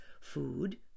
food